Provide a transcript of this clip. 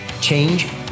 Change